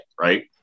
Right